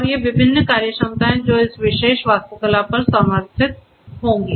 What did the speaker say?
और ये विभिन्न कार्यक्षमताएं जो इस विशेष वास्तुकला पर समर्थित होगी